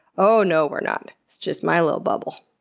ohhh no we're not. it's just my little bubble.